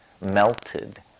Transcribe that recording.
melted